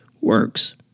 works